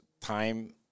time